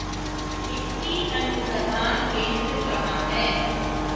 मिट्टी अनुसंधान केंद्र कहाँ है?